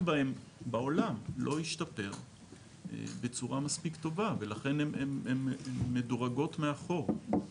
בהן בעולם לא השתפר בצורה מספיק טובה ולכן הן מדורגות מאחור.